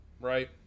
right